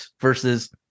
versus